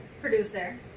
Producer